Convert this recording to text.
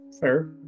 fair